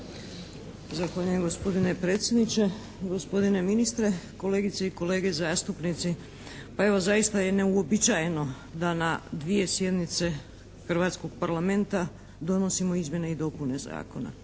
Zahvaljujem gospodine predsjedniče. Gospodine ministre, kolegice i kolege zastupnici. Pa evo zaista je neuobičajeno da na dvije sjednice hrvatskog Parlamenta donosimo izmjene i dopune zakona.